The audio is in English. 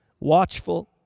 watchful